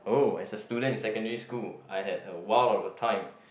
uh as a student in secondary school I had a while of a time